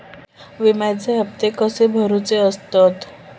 विम्याचे हप्ते कसे भरुचे असतत?